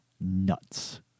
Nuts